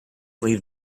leave